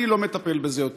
אני לא מטפל בזה יותר.